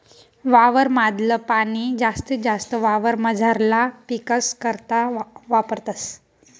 वावर माधल पाणी जास्तीत जास्त वावरमझारला पीकस करता वापरतस